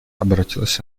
обратилась